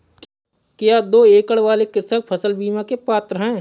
क्या दो एकड़ वाले कृषक फसल बीमा के पात्र हैं?